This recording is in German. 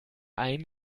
einen